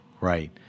Right